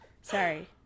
sorry